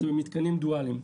זה ממתקנים דואליים.